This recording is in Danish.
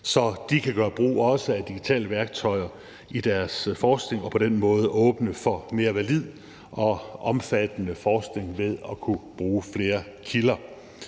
så de også kan gøre brug af digitale værktøjer i deres forskning og på den måde åbne for mere valid og omfattende forskning ved at kunne bruge flere kilder.